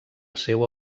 seua